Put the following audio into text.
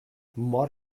mort